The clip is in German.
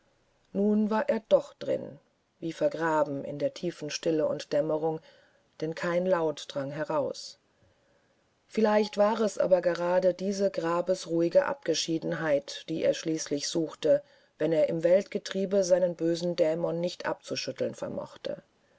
nun war er doch drin wie vergraben in der tiefen stille und dämmerung denn kein laut drang heraus vielleicht war es aber gerade diese grabesruhige abgeschiedenheit die er schließlich suchte wenn er im weltgetriebe seinen bösen dämon nicht abzuschütteln vermochte